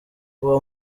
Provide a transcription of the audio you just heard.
uwo